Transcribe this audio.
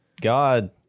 God